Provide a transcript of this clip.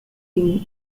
team